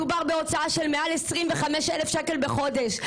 מדובר בהוצאה של מעל 25,000 שקל בחודש.